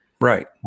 right